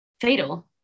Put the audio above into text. fatal